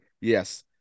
Yes